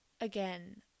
again